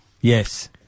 Yes